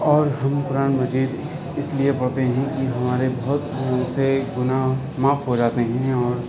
اور ہم قرآن مجید اس لیے پڑھتے ہیں کہ ہمارے بہت ایسے گناہ معاف ہو جاتے ہیں اور